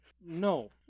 no